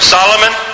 Solomon